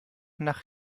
nach